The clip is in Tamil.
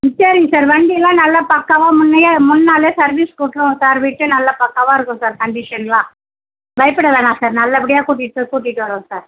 சரிங்க சார் வண்டிலாம் நல்லா பக்காவாக முன்னயே முன்நாளே சர்விஸ்கு விட்ருவோம் சார் விட்டு நல்லா பக்காவாக இருக்கும் சார் கன்டிசன்லாம் பயப்புட வேணா சார் நல்லபடியாக கூட்டிகிட்டு போய் கூட்டிகிட்டு வர்றோம் சார்